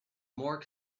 more